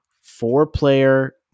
four-player